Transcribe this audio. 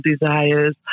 desires